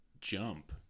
jump